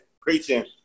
preaching